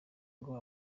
ngo